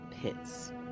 pits